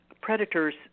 Predators